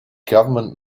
government